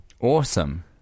Awesome